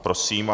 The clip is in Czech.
Prosím.